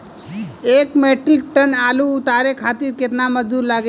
एक metric tonne आलू उतारे खातिर केतना मजदूरी लागेला?